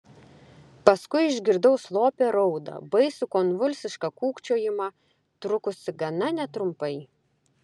paskui išgirdau slopią raudą baisų konvulsišką kūkčiojimą trukusį gana netrumpai